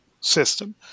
system